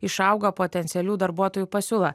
išaugo potencialių darbuotojų pasiūla